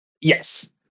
Yes